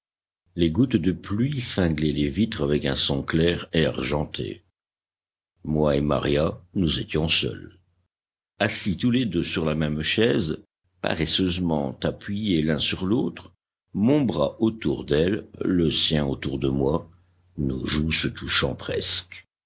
les gouttes de pluie cinglaient les vitres avec un son clair et argenté moi et maria nous étions seuls assis tous les deux sur la même chaise paresseusement appuyés l'un sur l'autre mon bras autour d'elle le sien autour de moi nos joues se touchant presque